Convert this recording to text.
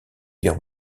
guerre